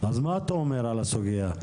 מה אתה אומר על הסוגיה?